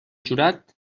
jurat